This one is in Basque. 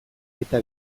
eta